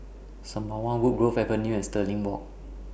Sembawang Woodgrove Avenue and Stirling Walk